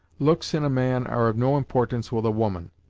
looks in a man are of no importance with a woman,